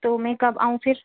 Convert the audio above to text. تو میں کب آؤں پھر